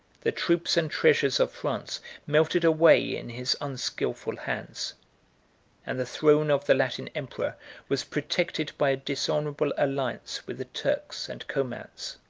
the troops and treasures of france melted away in his unskilful hands and the throne of the latin emperor was protected by a dishonorable alliance with the turks and comans.